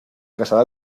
casada